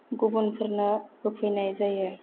गुबुनफोरनो होफैनाय जायो